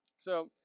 so,